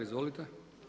Izvolite.